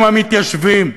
עם המתיישבים.